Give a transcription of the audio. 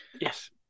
yes